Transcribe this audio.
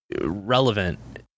relevant